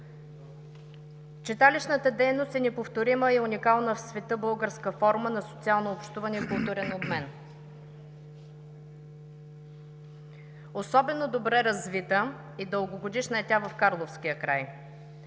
читалищната дейност е неповторима и уникална в света българска форма на социално общуване и културен обмен. Особено добре развита и дългогодишна е тя в карловския край.